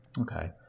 Okay